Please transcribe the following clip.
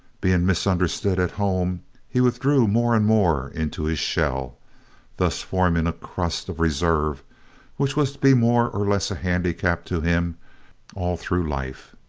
being misunderstood at home he withdrew more and more into his shell thus forming a crust of reserve which was to be more or less a handicap to him all through life.